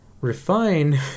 Refine